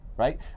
right